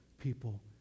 people